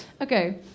Okay